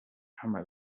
همه